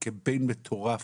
קמפיין מטורף,